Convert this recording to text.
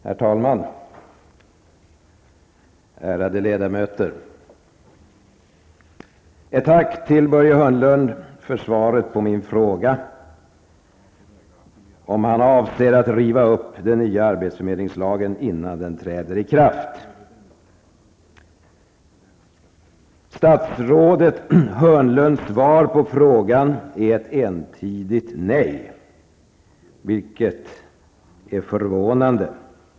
Herr talman, ärade ledamöter! Jag vill rikta ett tack till Börje Hörnlund för svaret på min fråga om huruvida han avser att riva upp den nya arbetsförmedlingslagen innan den träder i kraft. Statsrådet Hörnlunds svar på min fråga är ett entydigt nej, vilket är förvånande.